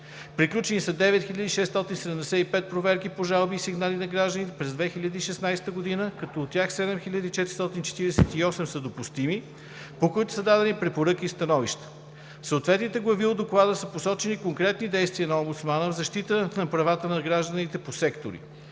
Приключени са 9675 проверки по жалби и сигнали на гражданите през 2016 г., като от тях 7448 са допустими, по които са дадени препоръки и становища. В съответните глави от доклада са посочени конкретни действия на омбудсмана за защита на правата на гражданите по сектори.